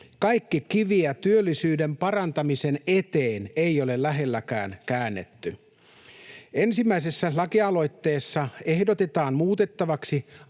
Kaikkia kiviä työllisyyden parantamisen eteen ei ole lähellekään käännetty. Ensimmäisessä lakialoitteessa ehdotetaan muutettavaksi